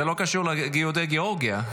--- זה לא קשור ליהודי גאורגיה,